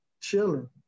chilling